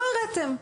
לא הראיתם.